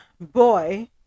boy